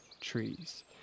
trees